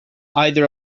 either